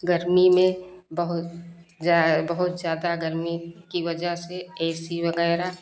गर्मी में बहुत जा बहुत ज़्यादा गर्मी की वजह से ए सी वगैरा